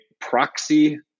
proxy